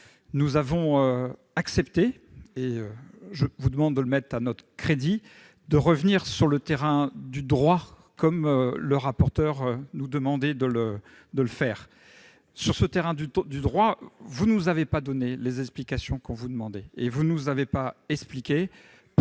Nous avons accepté- je vous demande de le mettre à notre crédit -de revenir sur le terrain du droit, comme le rapporteur nous a demandé de le faire. Mais vous ne nous avez pas donné les explications que nous vous demandions. Vous ne nous avez pas expliqué les